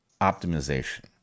optimization